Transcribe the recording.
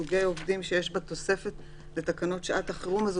אם רשות החירום הלאומית לוקחת אחריות על